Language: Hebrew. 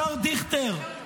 השר דיכטר,